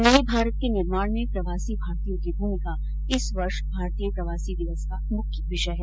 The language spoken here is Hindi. नए भारत के निर्माण में प्रवासी भारतीयों की भूमिका इस वर्ष भारतीय प्रवासी दिवस का मुख्य विषय है